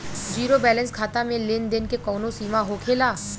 Zero balance खाता में लेन देन के कवनो सीमा होखे ला का?